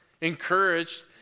encouraged